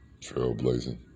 trailblazing